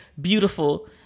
beautiful